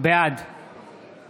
בעד